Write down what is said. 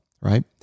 right